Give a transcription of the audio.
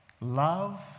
love